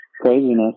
craziness